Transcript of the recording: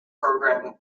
program